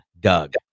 Doug